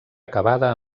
acabada